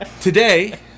Today